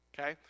okay